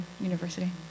University